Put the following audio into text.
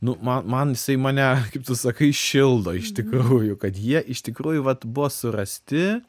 nu man man jisai mane kaip tu sakai šildo iš tikrųjų kad jie iš tikrųjų vat buvo surasti